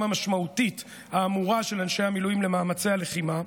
המשמעותית האמורה של אנשי המילואים למאמצי הלחימה,